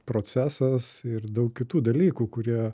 procesas ir daug kitų dalykų kurie